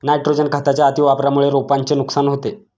nitrogen खताच्या अतिवापरामुळे रोपांचे नुकसान होते